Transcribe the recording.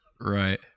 Right